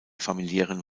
familiären